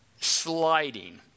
sliding